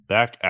Back